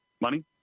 Money